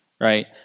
Right